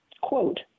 Quote